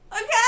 Okay